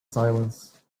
silence